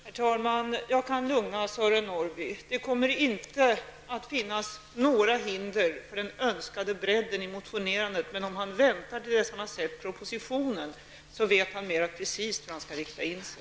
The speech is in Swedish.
Herr talman! Jag kan lugna Sören Norrby. Det kommer inte att finnas några hinder för den önskade bredden i motionerandet. Men om Sören Norrby väntar till dess att han har sett propositionen, vet han mer precist hur han skall rikta in sig.